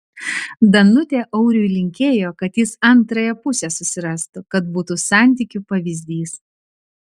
danutė auriui linkėjo kad jis antrąją pusę susirastų kad būtų santykių pavyzdys